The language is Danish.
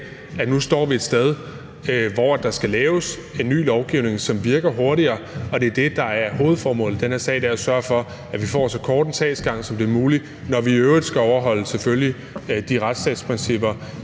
vi nu står et sted, hvor der skal laves en ny lovgivning, som virker hurtigere. Og det er det, der er hovedformålet i den her sag, altså at sørge for, at vi får en så kort sagsgang som muligt, når vi i øvrigt skal overholde, selvfølgelig, de retstatsprincipper